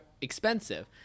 expensive